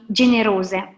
generose